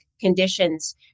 conditions